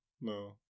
No